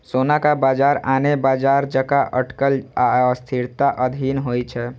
सोनाक बाजार आने बाजार जकां अटकल आ अस्थिरताक अधीन होइ छै